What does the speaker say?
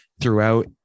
throughout